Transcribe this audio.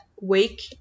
wake